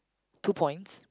two points